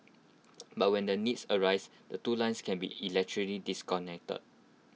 but when the needs arises the two lines can be electrically disconnected